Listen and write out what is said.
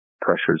pressures